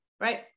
right